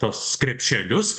tuos krepšelius